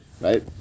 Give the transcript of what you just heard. right